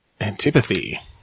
Antipathy